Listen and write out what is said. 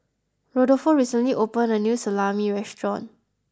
Rodolfo recently opened a new Salami restaurant